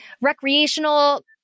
recreational